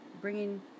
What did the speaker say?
bringing